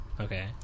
Okay